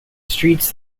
streets